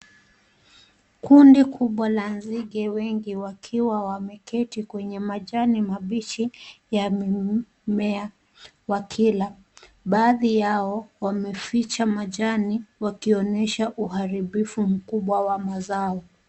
Kundi kubwa la nzige wengi wakiwa wameketi kwenye majani mabichi ya mimea wakila. Baadhi yao wameficha majani wakionyesha uharibifu mkubwa wa mazao.